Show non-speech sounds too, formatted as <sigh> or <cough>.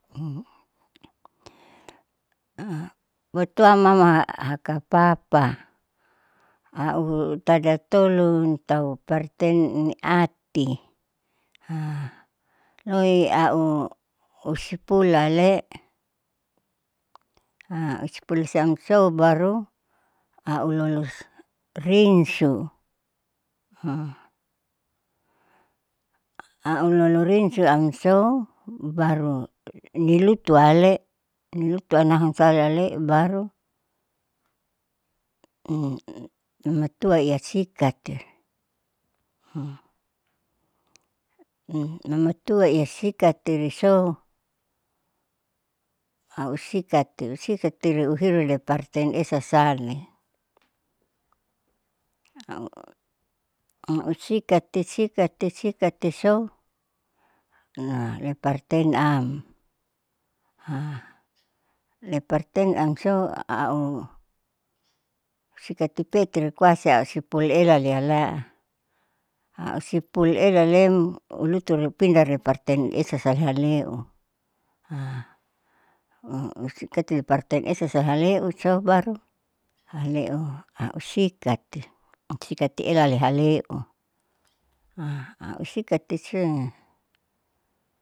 <noise> motoam mama hakapapa au tada tolun au parten ati <hesitation> loi au usipulale <noise> usipulaamsou baru au lolos rinso <hesitation> au lolorinso amsou, baru nilutuale nilutuanalun salah ale, baru <hesitation> namatua iya sikati <hesitation> namatua iya siakti riso, ausiakti usikati reuhiru roi parten esa sane <noise> au sikati sikati sikati sou <hesitation> loi parten am <hesitation> loiparten amsou au sikati peiti koasi au ispul elaliala, au ispul elalem ulutu riupindah roi panten esa sale haleu <hesitation> au usikati loi parten esa haleu sou baru haleu au sikati am sikati haleu <hesitation> au sikati sou.